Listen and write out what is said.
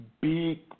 big